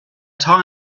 time